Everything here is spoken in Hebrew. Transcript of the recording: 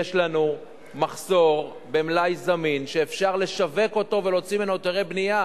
שיש לנו מחסור במלאי זמין שאפשר לשווק אותו ולהוציא ממנו היתרי בנייה.